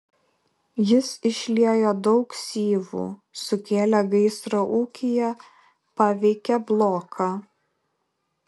jis išliejo daug syvų sukėlė gaisrą ūkyje paveikė bloką